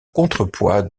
contrepoids